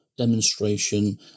demonstration